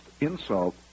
insult